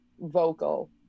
vocal